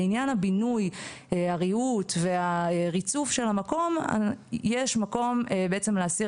לעניין הבינוי הריהוט והריצוף של המקום יש מקום להסיר